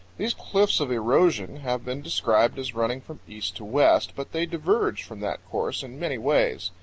these cliffs of erosion have been described as running from east to west, but they diverge from that course in many ways.